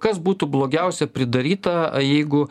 kas būtų blogiausia pridaryta jeigu